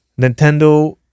Nintendo